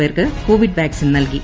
പേർക്ക് Covid vaccine നൽകി